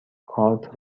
کارت